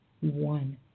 one